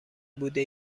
بوده